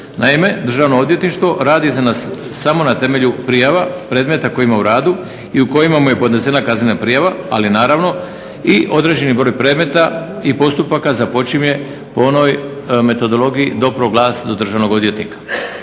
Naime, Državno odvjetništvo radi samo na temelju prijava predmeta koje ima u radu i u kojima mu je podnesena kaznena prijava ali naravno i određeni broj predmeta i postupaka započinje po onoj metodologiji dopro glas do Državnog odvjetnika.